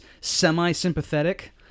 semi-sympathetic